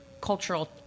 cultural